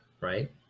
right